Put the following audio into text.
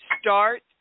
start